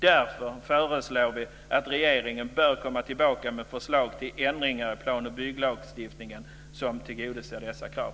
Därför föreslår vi att regeringen bör komma tillbaka med förslag till ändringar i plan och bygglagstiftningen som tillgodoser dessa krav.